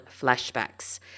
flashbacks